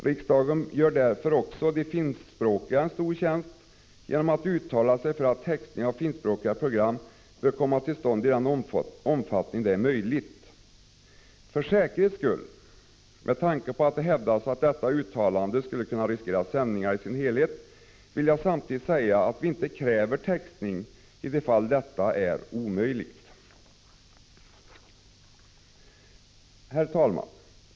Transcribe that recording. Riksdagen gör därför också de finskspråkiga en stor tjänst genom att uttala sig för att textning av de finskspråkiga programmen bör komma till stånd i den omfattning detta är möjligt. För säkerhets skull — med tanke på att det har hävdats att man med detta uttalande skulle kunna riskera sändningarna i deras helhet — vill jag samtidigt säga att vi inte kräver textning i de fall detta är omöjligt. Herr talman!